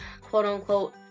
quote-unquote